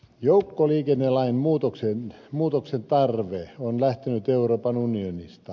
joukkoliikennelain muutoksen tarve on lähtenyt euroopan unionista